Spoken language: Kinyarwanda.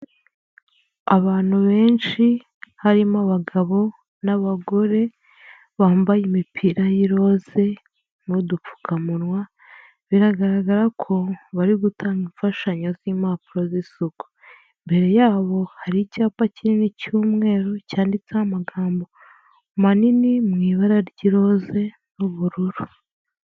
Abantu benshi harimo abagabo n'abagore, bambaye imipira y'iroze n'udupfukamunwa, biragaragara ko bari gutanga imfashanyo z'impapuro z'isuku, imbere yabo hari icyapa kinini cy'umweru cyanditseho amagambo manini mu ibara ry'iroze n'ubururu.